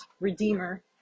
Redeemer